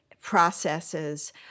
processes